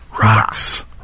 Rocks